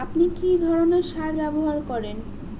আপনি কী ধরনের সার ব্যবহার করেন?